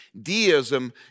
deism